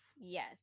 Yes